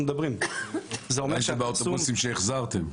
מדברים --- הייתי באוטובוסים שהחזרתם.